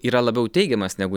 yra labiau teigiamas negu